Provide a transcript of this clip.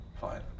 fine